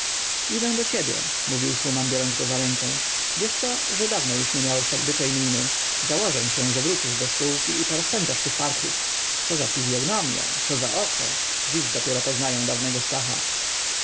idę do ciebie mówił szuman biorąc go pod rękę wiesz co że dawno już nie miałeś tak byczej miny założę się że wrócisz do spółki i porozpędzasz tych parchów co za fizyognomia co za oko dziś dopiero poznaję dawnego stacha